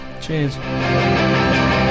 Cheers